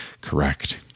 correct